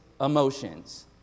emotions